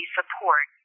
support